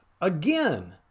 Again